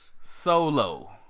Solo